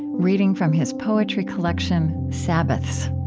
reading from his poetry collection sabbaths